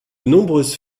nombreuses